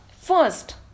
First